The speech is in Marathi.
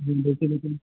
दीडशे लोक